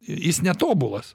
jis netobulas